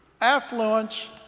affluence